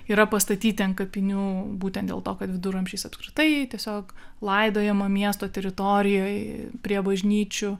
yra pastatyti ant kapinių būtent dėl to kad viduramžiais apskritai tiesiog laidojama miesto teritorijoj prie bažnyčių